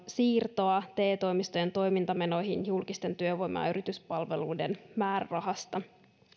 siirtoa te toimistojen toimintamenoihin julkisten työvoima ja ja yrityspalveluiden määrärahasta